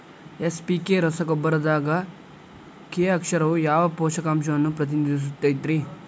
NPK ರಸಗೊಬ್ಬರದಾಗ K ಅಕ್ಷರವು ಯಾವ ಪೋಷಕಾಂಶವನ್ನ ಪ್ರತಿನಿಧಿಸುತೈತ್ರಿ?